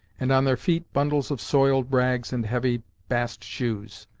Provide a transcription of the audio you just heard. and on their feet bundles of soiled rags and heavy bast shoes.